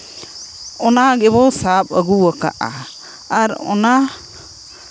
ᱚᱱᱟ ᱜᱮᱵᱚᱱ ᱥᱟᱵ ᱟᱹᱜᱩ ᱟᱠᱟᱜᱼᱟ ᱟᱨ ᱚᱱᱟ